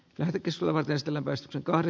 kritisoivat estellä west unkari